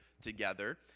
together